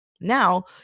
Now